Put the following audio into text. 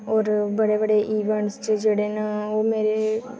होर बड़े बड़े इवेंट्स च जेह्ड़े न ओह् मेरे